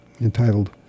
entitled